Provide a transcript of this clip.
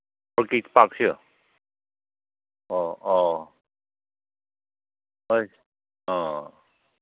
orchid ꯄꯥꯛꯁꯁꯨ ꯑꯣ ꯑꯣ ꯍꯣꯏ ꯑꯣ